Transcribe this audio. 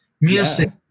music